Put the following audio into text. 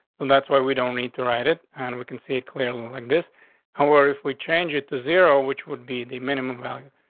and that's why we don't need to write it on. and we can see it clearly like this hour. if we change it to zero, which would be the minimum value,